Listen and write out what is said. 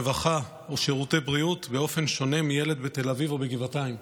רווחה או שירותי בריאות באופן שונה מילד בתל אביב או בגבעתיים.